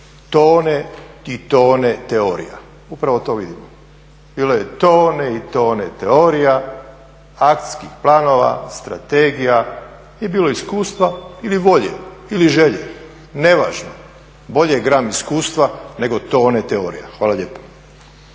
tone i tone teorija. Upravo to vidimo. Bilo je tone i tone teorija, akcijskih planova, strategija, nije bilo iskustva ili volje ili želje, nevažno. Bolje je gram iskustva nego tone teorija. Hvala lijepo.